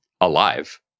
alive